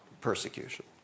persecution